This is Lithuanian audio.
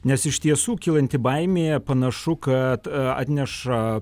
nes iš tiesų kylanti baimė panašu kad atneša